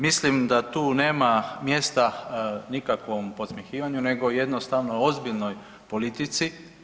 Mislim da tu nema mjesta nikakvom podsmjehivanju nego jednostavno ozbiljnoj politici.